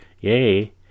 Yay